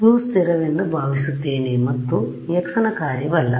U ಸ್ಥಿರವೆಂದು ಭಾವಿಸುತ್ತೇನೆ ಮತ್ತು ಮತ್ತು x ನ ಕಾರ್ಯವಲ್ಲ